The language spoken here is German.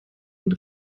und